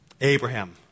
Abraham